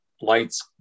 lights